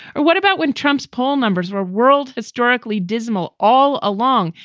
or what about when trump's poll numbers were world historically dismal all along?